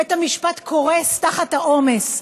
בית המשפט קורס תחת העומס,